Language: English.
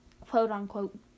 quote-unquote